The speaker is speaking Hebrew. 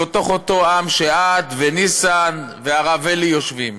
בתוך אותו עם שאת וניסן והרב אלי יושבים.